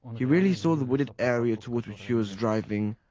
he really saw the wooded area towards which he was driving.